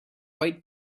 white